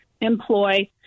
employ